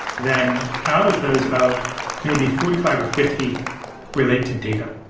then out of those, about maybe forty five or fifty relate to data.